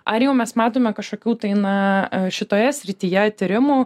ar jau mes matome kažkokių tai na a šitoje srityje tyrimų